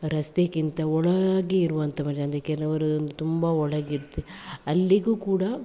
ರಸ್ತೆಕ್ಕಿಂತ ಒಳಾಗೆ ಇರುವಂಥ ಮನೆ ಅಂದರೆ ಕೆಲವರು ಒಂದು ತುಂಬ ಒಳಗೆ ಇರ್ತೆ ಅಲ್ಲಿಗೂ ಕೂಡ